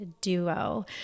duo